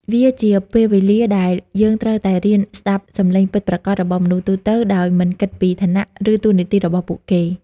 វាជាពេលវេលាដែលយើងត្រូវតែរៀនស្ដាប់សំឡេងពិតប្រាកដរបស់មនុស្សទូទៅ ដោយមិនគិតពីឋានៈ ឬតួនាទីរបស់ពួកគេ។